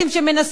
שמנסים,